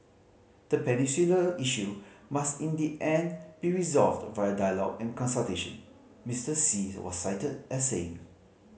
the peninsula issue must in the end be resolved via dialogue and consultation Mister Xi was cited as saying